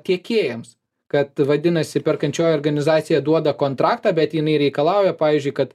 tiekėjams kad vadinasi perkančioji organizacija duoda kontraktą bet jinai reikalauja pavyzdžiui kad